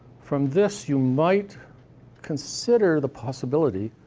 from this, you might consider the possibility